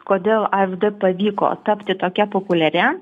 kodėl a n d pavyko tapti tokia populiaria